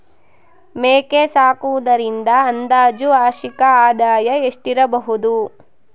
ಮೇಕೆ ಸಾಕುವುದರಿಂದ ಅಂದಾಜು ವಾರ್ಷಿಕ ಆದಾಯ ಎಷ್ಟಿರಬಹುದು?